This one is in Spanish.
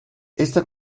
esta